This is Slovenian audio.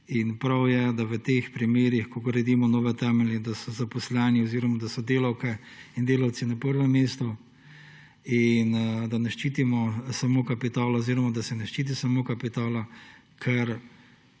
Prav je, da v teh primerih, ko gradimo nove temelje, da so zaposleni oziroma da so delavke in delavci na prvem mestu in da ne ščitimo samo kapitala oziroma da se ne ščiti samo kapitala. To,